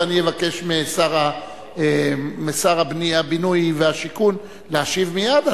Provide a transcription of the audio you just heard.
ואני אבקש משר הבינוי והשיכון להשיב מייד.